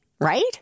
right